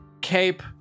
cape